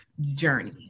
journey